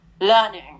learning